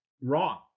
wrong